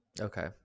Okay